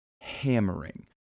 hammering